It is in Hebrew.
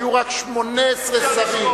היו רק 18 שרים.